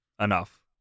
enough